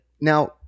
now